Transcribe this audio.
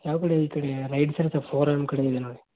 ಯಾವ ಕಡೆ ಈ ಕಡೆ ರೈಟ್ ಸೈಡ್ಸ್ ಫೋರನ್ ಕಡೆ ಇದೆ ನೋಡಿ